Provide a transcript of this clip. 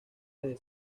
desde